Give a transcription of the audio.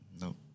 No